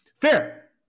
Fair